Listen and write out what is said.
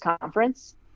Conference